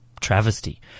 travesty